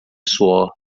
suor